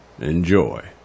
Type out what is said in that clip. Enjoy